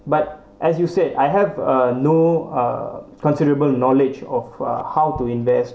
but as you said I have uh no uh considerable knowledge of how uh to invest